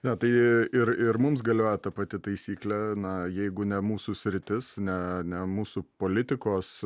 na tai ir ir mums galioja ta pati taisyklė na jeigu ne mūsų sritis ne ne mūsų politikos